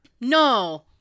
No